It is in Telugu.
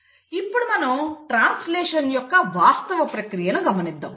ఇప్పుడు మనం ట్రాన్స్లేషన్ యొక్క వాస్తవ ప్రక్రియను గమనిద్దాం